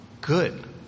good